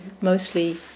mostly